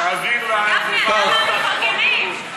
גפני, אנחנו מהמפרגנים.